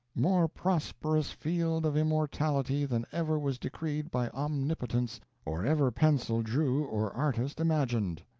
more prosperous field of immortality than ever was decreed by omnipotence, or ever pencil drew or artist imagined.